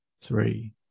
three